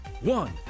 One